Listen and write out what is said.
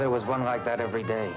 there was one like that every day